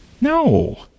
No